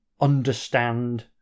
understand